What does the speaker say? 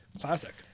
Classic